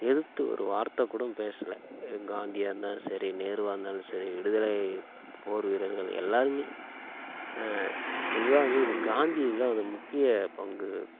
எதிர்த்து ஒரு வார்த்தை கூட பேசலை காந்தியாருந்தாலும் சரி நேருவாருந்தாலும் சரி விடுதலை போர் வீரர்கள் எல்லாருமே பொதுவாக வந்து காந்தி இது தான் முக்கிய பங்கு